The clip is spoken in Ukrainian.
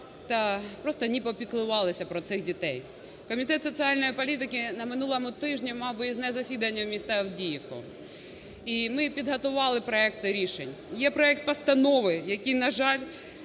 та просто не попіклувалися про цих дітей. Комітет соціальної політики на минулому тижні мав виїзне засідання в місто Авдіївку, і ми підготували проекти рішень. Є проект постанови, який, на жаль,